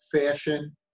fashion